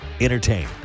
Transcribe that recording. Entertain